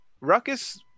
Ruckus